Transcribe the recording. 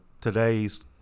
today's